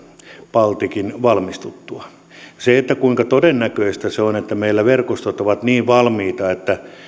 balticin valmistuttua kuinka todennäköistä on että meillä verkostot ovat niin valmiita että